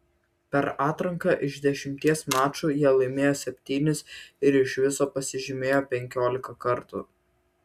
per atranką iš dešimties mačų jie laimėjo septynis ir iš viso pasižymėjo penkiolika kartų